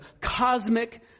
cosmic